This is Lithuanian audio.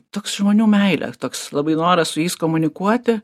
toks žmonių meilė toks labai noras su jais komunikuoti